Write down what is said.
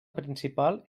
principal